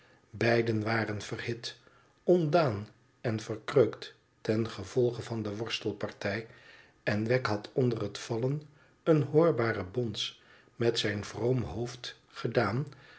beiden waren verhit ontdaan en verkreukt ten gevolge van de worstelpartij en wegg had onder het vallen een hoorbaren bons met zijn vroom hoofd gedaan